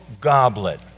goblet